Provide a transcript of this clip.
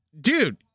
dude